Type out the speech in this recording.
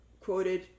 quoted